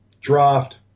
draft